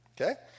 Okay